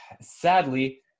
sadly